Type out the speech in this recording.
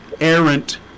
errant